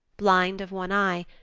blind of one eye,